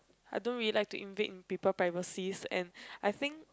I don't really like to invade in people privacies and I think